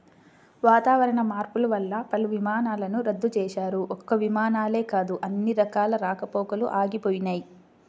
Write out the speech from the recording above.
వాతావరణ మార్పులు వల్ల పలు విమానాలను రద్దు చేశారు, ఒక్క విమానాలే కాదు అన్ని రకాల రాకపోకలూ ఆగిపోయినయ్